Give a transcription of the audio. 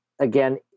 again